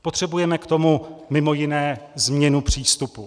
Potřebujeme k tomu mimo jiné změnu přístupu.